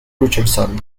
richardson